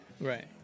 Right